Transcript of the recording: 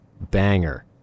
Banger